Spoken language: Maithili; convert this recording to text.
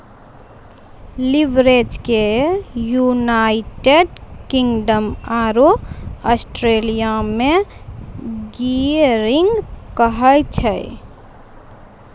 लीवरेज के यूनाइटेड किंगडम आरो ऑस्ट्रलिया मे गियरिंग कहै छै